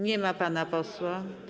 Nie ma pana posła.